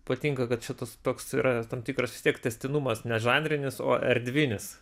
patinka kad čia tas toks yra tam tikras vis tiek tęstinumas ne žanrinis o erdvinis